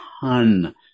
ton